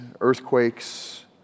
earthquakes